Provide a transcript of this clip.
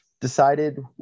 decided